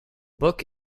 book